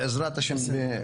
בעזרת-השם,